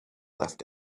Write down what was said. left